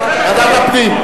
ועדת הפנים.